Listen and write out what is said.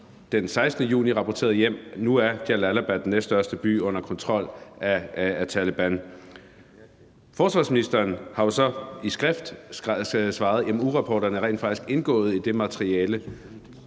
den 16. juni rapporterede hjem, at Jalalabad, den næststørste by, nu er under kontrol af Taleban, og forsvarsministeren har jo så i skrift svaret, inden ugerapporterne rent faktisk er indgået i det materiale,